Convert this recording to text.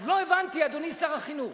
אז לא הבנתי, אדוני שר החינוך,